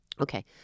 Okay